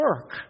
work